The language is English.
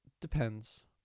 depends